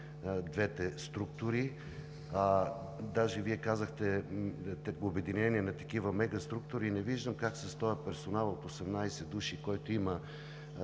двете структури, даже Вие казахте – обединение на такива мегаструктури, и не виждам как с този персонал от 18 души, който има